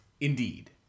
indeed